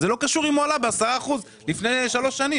זה לא קשור אם הוא עלה ב-10 אחוזים לפני שלוש שנים.